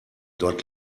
dort